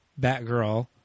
Batgirl